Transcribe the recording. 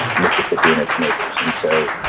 mississippi and its neighbors. and so